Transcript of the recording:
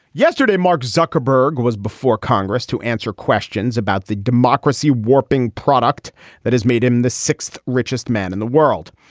yesterday mark zuckerberg was before congress to answer questions about the democracy warping product that has made him the sixth richest man in the world.